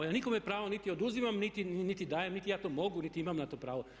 Ja nikome pravo niti oduzimam niti dajem, niti ja to mogu, niti imam na to pravo.